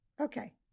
Okay